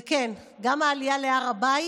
וכן, גם עלייה להר הבית